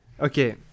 Okay